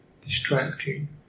distracting